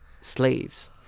slaves